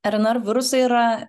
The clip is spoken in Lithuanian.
rnr virusai yra